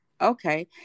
Okay